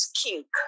kink